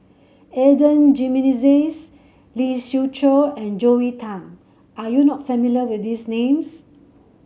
Adan Jimenez Lee Siew Choh and Joel Tan are you not familiar with these names